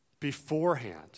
beforehand